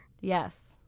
Yes